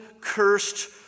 cursed